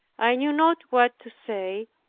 i knew not what to say,